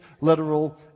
literal